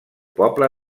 poble